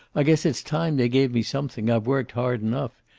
i guess it's time they gave me something i've worked hard enough.